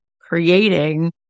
creating